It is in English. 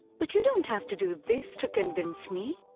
but you don't have to do this to convince me!